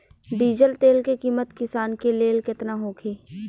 Diesel तेल के किमत किसान के लेल केतना होखे?